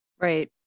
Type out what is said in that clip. Right